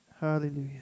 Hallelujah